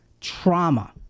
trauma